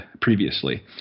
previously